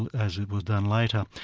and as it was done later,